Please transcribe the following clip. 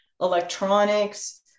electronics